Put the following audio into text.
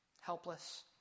helpless